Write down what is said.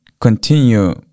continue